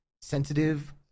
sensitive